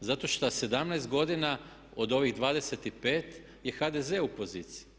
zato što 17 godina od ovih 25 je HDZ u poziciji.